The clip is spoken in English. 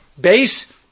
Base